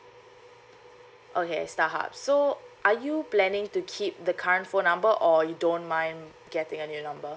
okay starhub so are you planning to keep the current phone number or you don't mind getting a new number